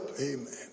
Amen